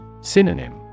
Synonym